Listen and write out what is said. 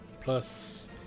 plus